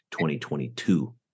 2022